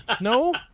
No